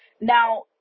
Now